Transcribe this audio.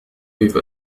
كيف